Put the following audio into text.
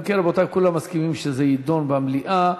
אם כן, רבותי, כולם מסכימים שזה יידון במליאה.